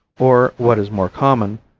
or, what is more common,